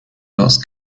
those